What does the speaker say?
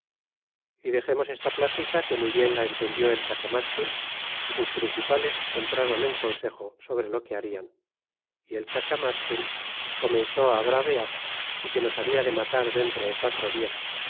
y dexemos esta plática que muy bien la entendió el cacamatzin y sus principales entraron en consejo sobre lo que harian y el cacamatzin comenzó á bravear y que nos habia de matar dentro de quatro has